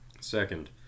Second